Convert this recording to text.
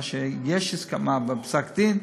על מה שיש הסכמה בפסק-הדין,